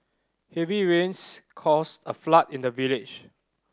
heavy rains caused a flood in the village